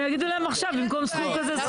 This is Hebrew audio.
הם יגידו להם עכשיו במקום סכום כזה,